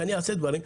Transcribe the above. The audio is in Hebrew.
שאני אעשה דברים,